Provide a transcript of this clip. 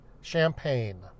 champagne